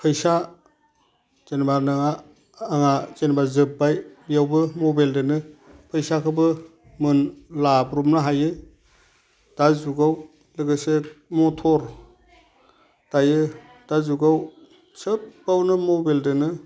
फैसा जेनेबा नोंहा आंआ जेनेबा जोब्बाय बेयावबो मबेलदोंनो फैसाखौबो मोन लाब्रबनो हायो दा जुगाव लोगोसे मटर दायो दा जुगाव सोबबावनो मबेलदोंनो